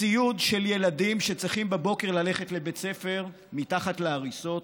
ציוד של ילדים שצריכים בבוקר ללכת לבית ספר מתחת להריסות,